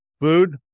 food